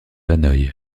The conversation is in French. hanoï